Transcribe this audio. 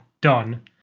done